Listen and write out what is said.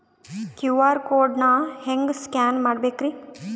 QR code ನಾ ಹೆಂಗ scan ಮಾಡಬೇಕ್ರಿ?